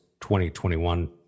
2021